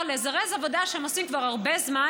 לזרז עבודה שהם עושים כבר הרבה זמן,